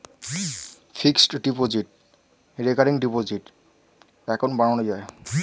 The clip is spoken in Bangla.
fixed deposit, recurring deposit account বানানো যায়